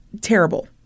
terrible